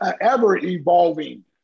ever-evolving